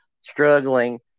struggling